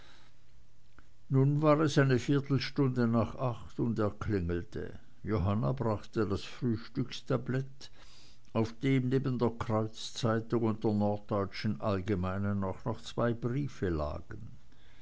nun war es eine viertelstunde nach acht und er klingelte johanna brachte das frühstückstablett auf dem neben der kreuzzeitung und der norddeutschen allgemeinen auch noch zwei briefe lagen